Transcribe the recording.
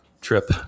trip